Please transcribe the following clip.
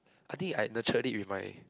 I think I nurtured it with my